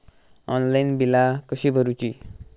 Online बिला कशी भरूची?